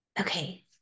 Okay